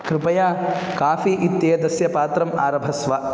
कृपया काफ़ी इत्येतस्य पात्रम् आरभस्व